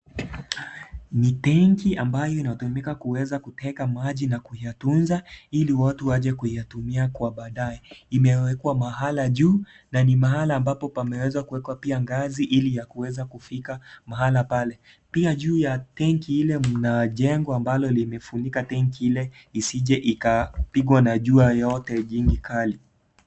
NI tenki ambacho inaweza tumika kutega maji na kuyatunza ili watu waje kuyatumia Kwa baadae. Imewekwa mahala juu na ni mahala ambapo pameweza kuekwa pia ngazi ili akaweze kufika mahala pale. Pia juu ya tenki Ile mnajengwa ambalo limefunikwa tenki Ile isije ikapikwa na jua na joto kali.